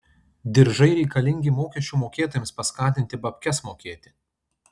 diržai reikalingi mokesčių mokėtojams paskatinti babkes mokėti